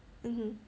mmhmm